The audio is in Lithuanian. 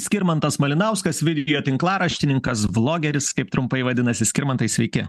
skirmantas malinauskas vilniuje tinklaraštininkas blogeris kaip trumpai vadinasi skirmantai sveiki